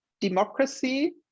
democracy